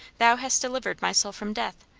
thou hast delivered my soul from death,